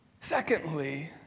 Secondly